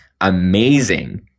amazing